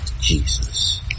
Jesus